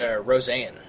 Roseanne